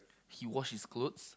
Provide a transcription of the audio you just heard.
he wash his clothes